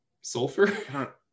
sulfur